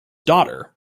daughter